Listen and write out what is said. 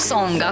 Song